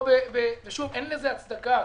ושוב, אין לזה הצדקה.